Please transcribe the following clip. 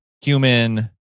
human